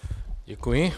Děkuji.